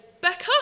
Becca